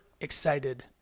excited